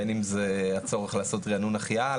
בין אם זה הצורך לעשות ריענון החייאה,